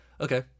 Okay